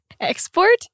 Export